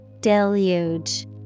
Deluge